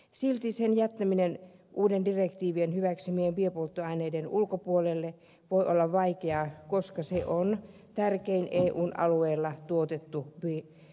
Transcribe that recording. silti sen jättäminen direktiivin hyväksymien biopolttoaineiden ulkopuolelle voi olla vaikeaa koska se on tärkein eun alueella tuotettu biopolttoaine